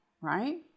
Right